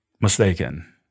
mistaken